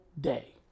day